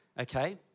Okay